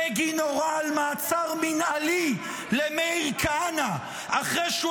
בגין הורה על מעצר מינהלי למאיר כהנא אחרי שהוא